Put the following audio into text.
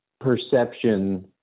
perception